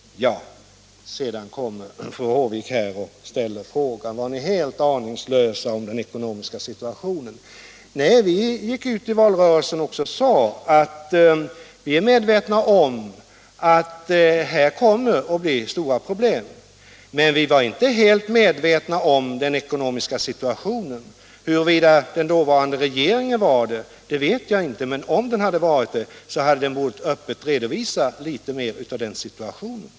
Sedan kommer fru Håvik tillbaka och ställer frågan, om vi är helt aningslösa då det gäller den ekonomiska situationen. Nej, när vi gick ut i valrörelsen sade vi också att vi var medvetna om att det skulle komma att bli stora problem, men vi var inte helt medvetna om den ekonomiska situationen. Huruvida den dåvarande regeringen var det vet jag inte, men om den var det hade den bort öppet redovisa situationen litet bättre.